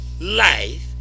life